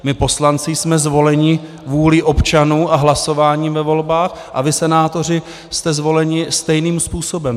My poslanci jsme zvoleni vůlí občanů a hlasováním ve volbách, a vy senátoři jste zvoleni stejným způsobem.